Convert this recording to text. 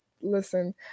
listen